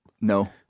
No